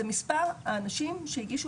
זה מספר האנשים שהגישו